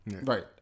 Right